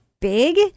big